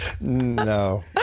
No